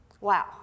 Wow